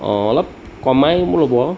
অঁ অলপ কমাই মো ল'ব